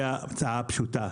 הצעה פשוטה.